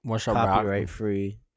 copyright-free